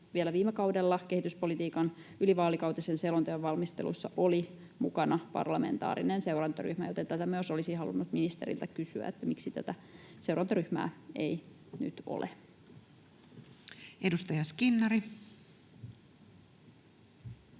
vielä viime kaudella kehityspolitiikan ylivaalikautisen selonteon valmistelussa oli mukana parlamentaarinen seurantaryhmä. Olisin halunnut ministeriltä kysyä myös, miksi tätä seurantaryhmää ei nyt ole. [Speech